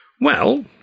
Well